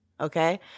Okay